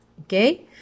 Okay